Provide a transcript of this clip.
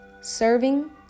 serving